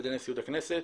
על ידי נשיאות הכנסת.